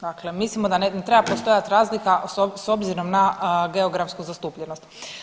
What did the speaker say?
Dakle, mislimo da ne treba postojati razlika s obzirom na geografsku zastupljenost.